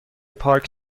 پارک